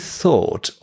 thought